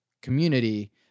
community